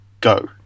go